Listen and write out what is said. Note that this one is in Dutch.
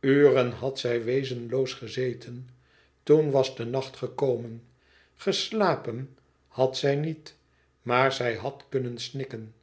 uren had zij wezenloos gezeten toen was de nacht gekomen geslapen had zij niet maar zij had kunnen snikken